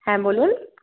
হ্যাঁ বলুন